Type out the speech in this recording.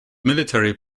military